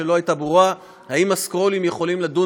לא היה ברור האם ה"סקרולים" יכולים לדון